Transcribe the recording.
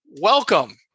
welcome